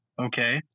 Okay